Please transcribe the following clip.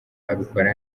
abikora